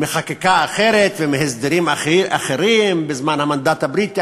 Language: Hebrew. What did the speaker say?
מחקיקה אחרת ומהסדרים אחרים בזמן המנדט הבריטי.